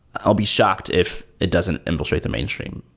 i'll be shocked if it doesn't infiltrate the mainstream.